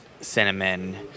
cinnamon